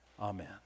amen